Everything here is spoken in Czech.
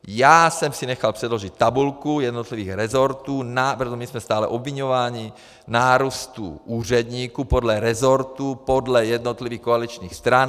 Já jsem si nechal předložit tabulku jednotlivých resortů, protože jsme stále obviňováni, nárůstu úředníků podle resortů podle jednotlivých koaličních stran.